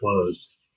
closed